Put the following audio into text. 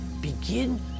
begin